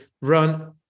run